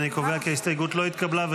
אני קובע כי ההסתייגות לא התקבלה.